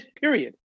period